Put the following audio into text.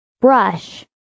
Brush